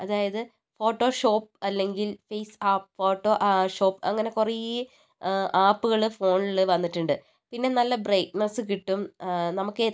അതായത് ഫോട്ടോഷോപ്പ് അല്ലെങ്കിൽ FaceApp Photoshop അങ്ങനെ കുറേ ആപ്പുകള് ഫോണില് വന്നിട്ടുണ്ട് പിന്നെ നല്ല ബ്രൈറ്റ്നസ് കിട്ടും നമുക്ക്